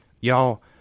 Y'all